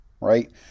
right